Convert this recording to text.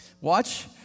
Watch